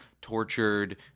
tortured